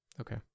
Okay